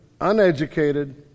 uneducated